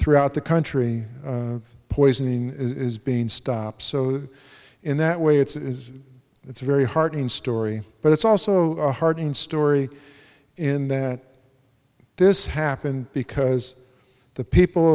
throughout the country poison is being stopped so in that way it's it's a very heartening story but it's also a heart in story in that this happened because the people